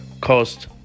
cost